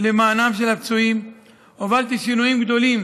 למען הפצועים והובלתי שינויים גדולים